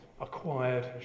acquired